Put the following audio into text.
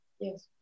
Yes